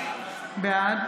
בעד